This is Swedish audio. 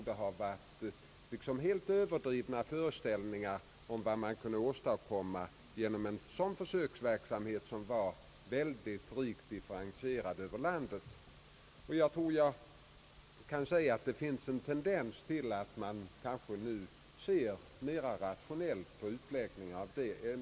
Det har rått helt överdrivna föreställningar om vad som kunde åstadkommas genom en sådan differentierad försöksverksamhet över hela landet. Jag kan säga att det nu finns en tendens till att man nu ser mera rationellt på denna försöksverksamhet.